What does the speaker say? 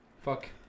Fuck